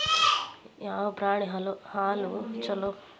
ಯಾವ ಪ್ರಾಣಿ ಹಾಲು ಛಲೋ?